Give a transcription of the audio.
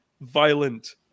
violent